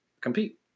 compete